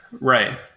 Right